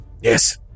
Yes